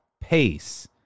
pace